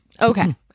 Okay